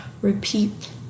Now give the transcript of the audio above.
repeat